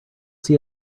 see